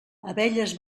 abelles